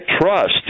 trust